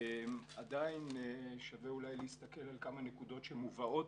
עדיין שווה אולי להסתכל על כמה נקודות שמובאות